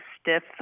stiff